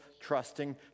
trusting